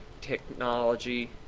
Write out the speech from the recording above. technology